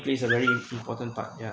plays a very important part yeah